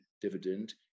dividend